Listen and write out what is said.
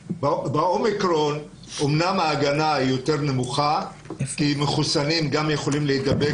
ב-אומיקרון אמנם ההגנה היא יותר נמוכה כי גם מחוסנים יכולים להידבק